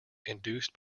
induced